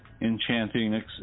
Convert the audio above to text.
enchanting